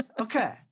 Okay